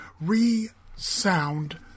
Re-Sound